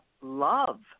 love